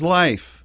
life